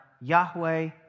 Yahweh